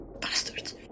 bastards